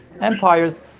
empires